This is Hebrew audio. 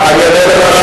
אני אענה לך.